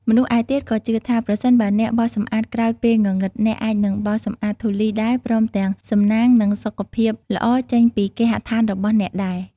មនុស្សឯទៀតក៏ជឿថា ប្រសិនបើអ្នកបោសសម្អាតក្រោយពេលងងឹត អ្នកអាចនឹងបោសសម្អាតធូលីដែរ ព្រមទាំងសំណាង និងសុខភាពល្អចេញពីគេហដ្ឋានរបស់អ្នកដែរ។